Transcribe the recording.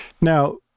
Now